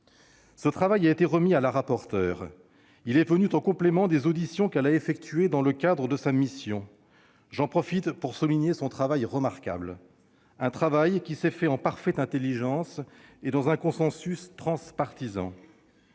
Ce travail a été remis à Mme la rapporteure. Il est venu en complément des auditions que celle-ci a effectuées dans le cadre de sa mission. J'en profite pour souligner le travail remarquable qu'elle a réalisé, en parfaite intelligence et dans un consensus transpartisan.